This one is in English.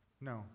No